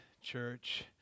church